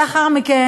לאחר מכן,